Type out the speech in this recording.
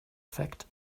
fact